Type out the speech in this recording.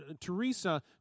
Teresa